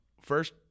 first –